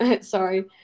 sorry